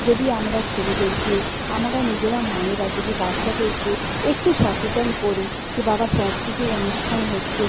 যদি আমরা ছেলেদেরকে আমরা নিজেরা মায়েরা যদি বাচ্চাদেরকে একটু সচেতন করি যে বাবা সাংস্কৃতিক অনুষ্ঠান হচ্ছে